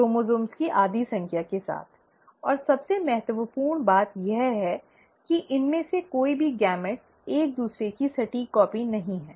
chromosomes की आधी संख्या के साथ और सबसे महत्वपूर्ण बात यह है कि इनमें से कोई भी युग्मक एक दूसरे की सटीक प्रतिलिपि नहीं है